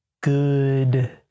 good